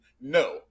no